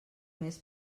més